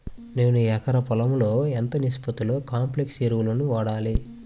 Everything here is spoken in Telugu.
నేను ఎకరం పొలంలో ఎంత నిష్పత్తిలో కాంప్లెక్స్ ఎరువులను వాడాలి?